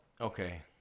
okay